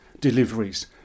deliveries